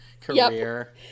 career